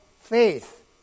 faith